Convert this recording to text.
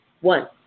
One